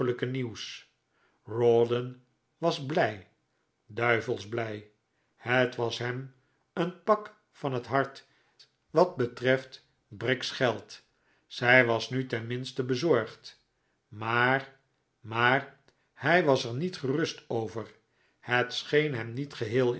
nieuws rawdon was blij duivels blij het was hem een pak van het hart wat betreft briggs geld zij was nu ten minste bezorgd maar maar hij was er niet gerust over het scheen hem niet geheel